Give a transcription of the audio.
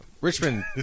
Richmond